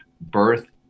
birth